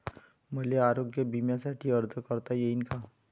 मले आरोग्य बिम्यासाठी अर्ज करता येईन का?